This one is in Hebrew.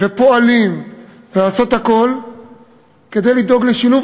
ופועלים כדי לעשות הכול ולדאוג לשילוב